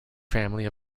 family